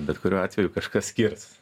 bet kuriuo atveju kažkas skirs